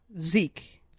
Zeke